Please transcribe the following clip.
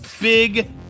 big